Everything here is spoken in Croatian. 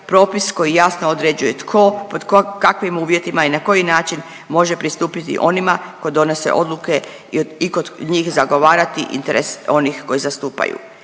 propis koji jasno određuje tko, pod kakvim uvjetima i na koji način može pristupiti onima koji donose odluke i kod njih zagovarati interes onih koje zastupaju.